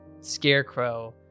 scarecrow